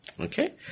Okay